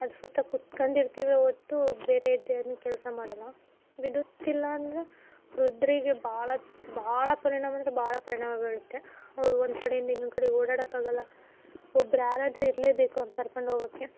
ಅದರ ಸುತ್ತ ಕೂತ್ಕಂಡಿರ್ತಿವೆ ಹೊರ್ತು ಬೇರೆದ್ದೇನೂ ಕೆಲಸ ಮಾಡೋಲ್ಲ ವಿದ್ಯುತ್ ಇಲ್ಲ ಅಂದರೆ ವೃದ್ದಿಗೆ ಭಾಳ ಭಾಳ ಪರಿಣಾಮ ಅಂದರೆ ಭಾಳ ಪರಿಣಾಮ ಬೀಳುತ್ತೆ ಅವರು ಒಂದು ಕಡೆಯಿಂದ ಇನ್ನೊಂದು ಕಡೆ ಓಡಾಡಕ್ಕಾಗಲ್ಲ ಒಬ್ರು ಯಾರಾದರೂ ಇರಲೇಬೇಕು ಅವ್ರ್ನ ಕರ್ಕೊಂಡೋಗೊಕ್ಕೆ